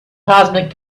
cosmic